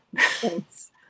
Thanks